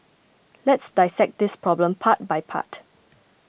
let's dissect this problem part by part